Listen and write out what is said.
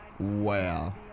Wow